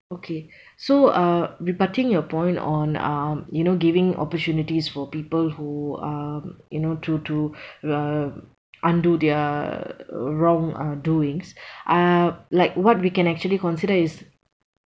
okay so uh rebutting your point on uh you know giving opportunities for people who um you know to to uh undo their wrong uh doings uh like what we can actually consider is